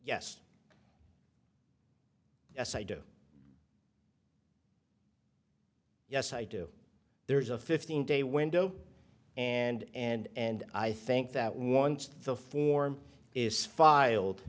yes yes i do yes i do there's a fifteen day window and i think that once the form is filed